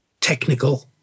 technical